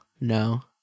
no